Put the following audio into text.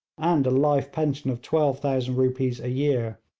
and a life pension of twelve thousand rupees a year.